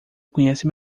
conhece